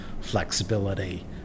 flexibility